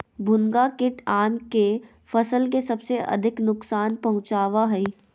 भुनगा कीट आम के फसल के सबसे अधिक नुकसान पहुंचावा हइ